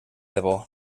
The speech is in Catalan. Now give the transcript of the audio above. debò